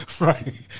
right